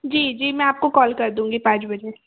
जी जी मैं आपको कॉल कर दूंगी पाँच बजे